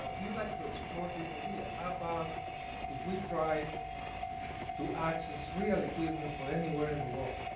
ah do you like to explore this idea. how about if we try to access real equipment for anywhere in the world.